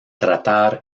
tratar